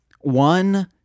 One